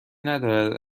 ندارد